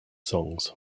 songs